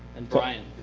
and bryan